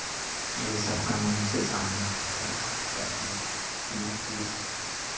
यही सब काम हमसे सामना करना मतलब कि चुनौतियाँ